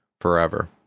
forever